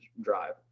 drive